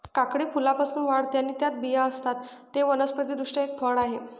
काकडी फुलांपासून वाढते आणि त्यात बिया असतात, ते वनस्पति दृष्ट्या एक फळ आहे